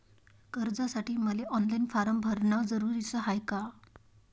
कर्जासाठी मले online form भरन जरुरीच हाय का?